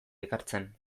ekartzen